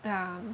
yeah